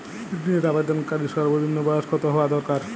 ঋণের আবেদনকারী সর্বনিন্ম বয়স কতো হওয়া দরকার?